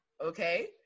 okay